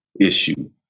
issue